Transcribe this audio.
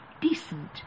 decent